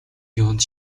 юунд